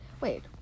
wait